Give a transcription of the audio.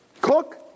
Cook